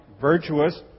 virtuous